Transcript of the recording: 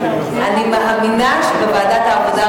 אני מאמינה שמוועדת העבודה,